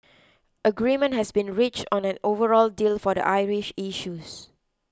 agreement has been reached on an overall deal for the Irish issues